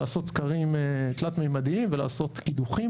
לעשות סקרים תלת-מימדיים ולעשות קידוחים